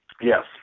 Yes